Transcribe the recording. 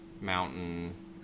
mountain